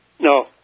No